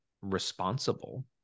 responsible